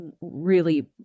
really-